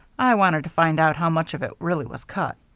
i wanted to find out how much of it really was cut.